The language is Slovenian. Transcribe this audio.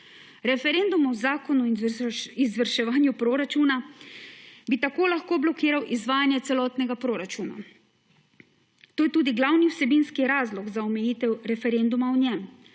Referendum o zakonu in izvrševanju proračuna bi tako lahko blokiral izvajanje celotnega proračuna. To je tudi glavni vsebinski razlog za omejitev referenduma o njem,